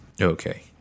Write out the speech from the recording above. Okay